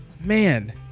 Man